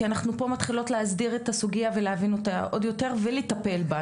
כי אנחנו פה מתחילות להסדיר את הסוגיה ולהבין אותה עוד יותר ולטפל בה,